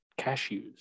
cashews